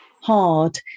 hard